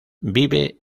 vive